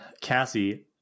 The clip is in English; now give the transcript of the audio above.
Cassie